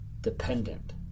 dependent